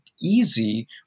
Easy